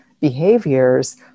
behaviors